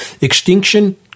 extinction